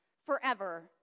forever